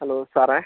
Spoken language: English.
hello sir